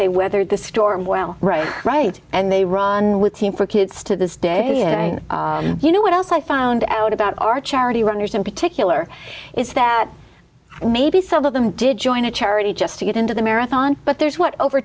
they weathered the storm well right right and they run with team for kids to this day you know what else i found out about our charity runners in particular is that maybe some of them did join a charity to get into the marathon but there's what over